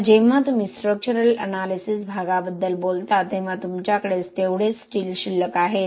आता जेव्हा तुम्ही स्ट्रक्चरल अॅनालिसिस भागाबद्दल बोलता तेव्हा तुमच्याकडे तेवढेच स्टील शिल्लक आहे